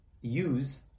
use